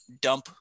dump